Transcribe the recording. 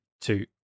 two